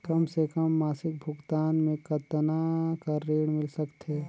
कम से कम मासिक भुगतान मे कतना कर ऋण मिल सकथे?